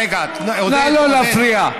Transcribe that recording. רגע, עודד, לא להפריע.